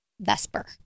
vesper